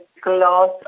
glass